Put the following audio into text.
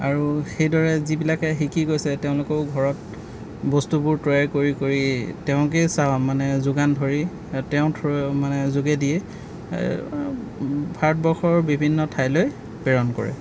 আৰু সেইদৰে যিবিলাকে শিকি গৈছে তেওঁলোকেও ঘৰত বস্তুবোৰ তৈয়াৰ কৰি কৰি তেওঁকে চা মানে যোগান ধৰি তেওঁ থ্ৰ মানে যোগেদিয়ে ভাৰতবৰ্ষৰ বিভিন্ন ঠাইলৈ প্ৰেৰণ কৰে